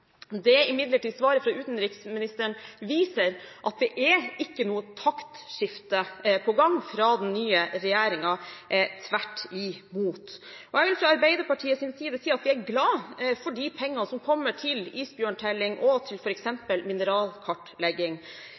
svaret fra utenriksministeren imidlertid viser, er at det er ikke noe taktskifte på gang fra den nye regjeringen – tvert imot. Jeg vil si at fra Arbeiderpartiets side er vi glade for de pengene som kommer til f.eks. isbjørntelling og